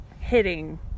hitting